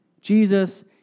Jesus